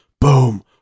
boom